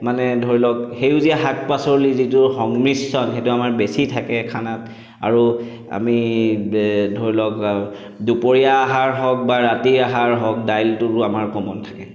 মানে ধৰি লওক সেউজীয়া শাক পাচলিৰ যিটো সংমিশ্ৰণ সেইটো আমাৰ বেছি থাকে খানাত আৰু আমি ধৰি লওক দুপৰীয়া আহাৰ হওক বা ৰাতি আহাৰ হওক দাইলটো আমাৰ কমন থাকে